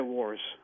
Wars